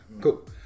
Cool